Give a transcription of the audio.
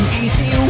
easy